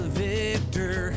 victor